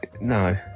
no